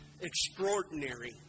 extraordinary